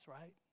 right